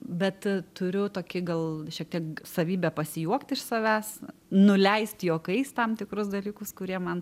bet turiu tokį gal šiek tiek savybę pasijuokt iš savęs nuleist juokais tam tikrus dalykus kurie man